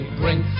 bring